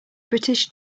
british